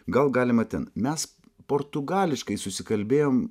gal galima ten mes portugališkai susikalbėjom